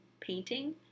painting